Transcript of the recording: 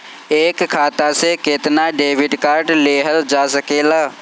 एक खाता से केतना डेबिट कार्ड लेहल जा सकेला?